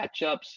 matchups